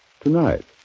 Tonight